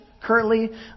currently